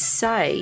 say